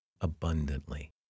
abundantly